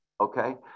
okay